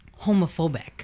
homophobic